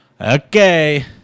Okay